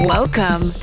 Welcome